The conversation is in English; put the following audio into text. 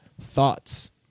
thoughts